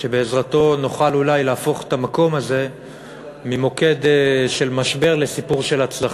שבעזרתו נוכל אולי להפוך את המקום הזה ממוקד של משבר לסיפור של הצלחה,